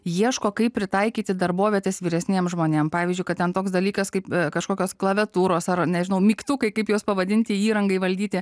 ieško kaip pritaikyti darbovietes vyresniems žmonėms pavyzdžiui kad ten toks dalykas kaip kažkokios klaviatūros ar nežinau mygtukai kaip juos pavadinti įrangai valdyti